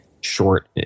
short